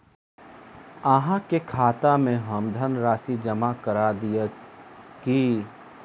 अहाँ के खाता में हम धनराशि जमा करा दिअ की?